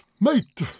mate